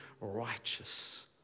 righteous